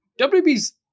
WB's